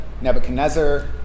Nebuchadnezzar